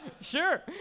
Sure